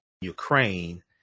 Ukraine